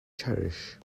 cherish